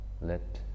Let